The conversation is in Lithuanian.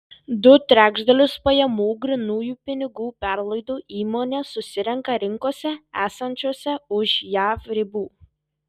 du trečdalius pajamų grynųjų pinigų perlaidų įmonė susirenka rinkose esančiose už jav ribų